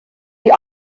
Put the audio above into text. die